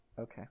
okay